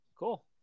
Cool